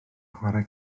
chwarae